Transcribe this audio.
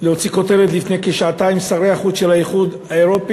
להוציא כותרת לפני כשעתיים: שרי החוץ של האיחוד האירופי